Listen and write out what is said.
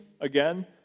Again